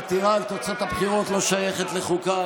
עתירה על תוצאות הבחירות לא שייכת לחוקה,